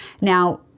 Now